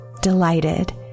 delighted